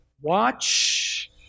Watch